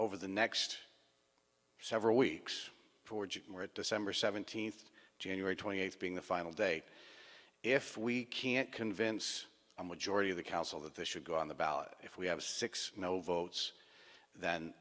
over the next several weeks december seventeenth january twenty eighth being the final day if we can't convince a majority of the council that this should go on the ballot if we have six no votes then